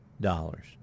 dollars